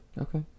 Okay